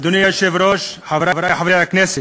אדוני היושב-ראש, חברי חברי הכנסת,